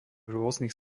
rôznych